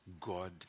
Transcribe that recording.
God